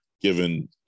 given